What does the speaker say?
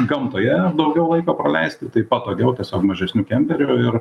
gamtoje daugiau laiko praleisti tai patogiau tiesiog mažesniu kemperiu ir